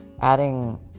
adding